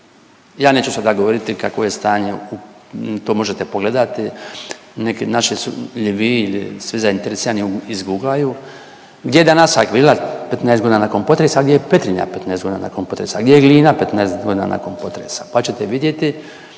Ja neću sada govoriti kakvo je stanje u, to možete pogledati. Neki naši su ili vi ili svi zainteresirani izguglaju gdje je danas …/Govornik se ne razumije./… 15 godina nakon potresa, a gdje je Petrinja 15 godina nakon potresa, gdje je Glina 15 godina nakon potresa pa ćete vidjeti